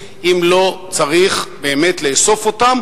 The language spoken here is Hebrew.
כיוון שהשתמשתי בביטויים זהירים אחרי פרסום התוצאות של תשס"ט ואמרתי: